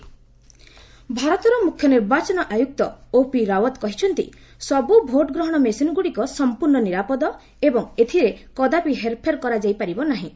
CCC Rawat ଭାରତର ମୁଖ୍ୟ ନିର୍ବାଚନ ଆୟୁକ୍ତ ଓପି ରାଓ୍ୱତ୍ କହିଛନ୍ତି ସବୁ ଭୋଟ୍ଗ୍ରହଣ ମେସିନ୍ଗୁଡ଼ିକ ସମ୍ପୂର୍ଣ୍ଣ ନିରାପଦ ଏବଂ ଏଥିରେ କଦାପି ହେର୍ଫେର୍ କରାଯାଇପାରିବ ନାହିଁ